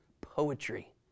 poetry